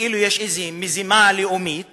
כאילו יש איזה מזימה לאומית